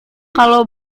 kalau